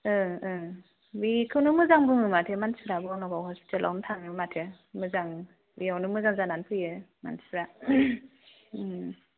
बेखौनो मोजां बुङो माथो मानसिफ्रा बर्नगाव हस्पिटालावनो थाङो माथो मोजां बेयावनो मोजां जानानै फैयो मानसिफ्रा